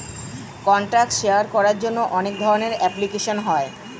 contact share করার জন্য অনেক ধরনের অ্যাপ্লিকেশন হয়